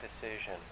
decision